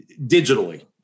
digitally